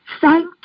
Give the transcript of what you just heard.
Thank